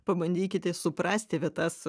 pabandykite suprasti vietas